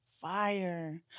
Fire